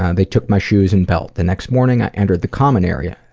and they took my shoes and belt. the next morning, i entered the common area.